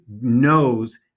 knows